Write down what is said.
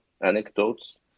anecdotes